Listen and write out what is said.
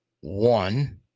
one